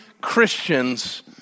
Christians